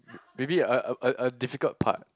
maybe a a a a difficult part